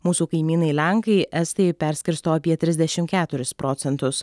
mūsų kaimynai lenkai estai perskirsto apie trisdešim keturis procentus